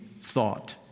thought